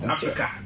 Africa